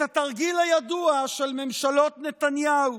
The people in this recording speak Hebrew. את התרגיל הידוע של ממשלות נתניהו,